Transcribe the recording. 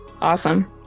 Awesome